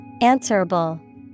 answerable